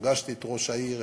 פגשתי את ראש העיר,